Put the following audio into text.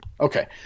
Okay